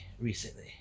recently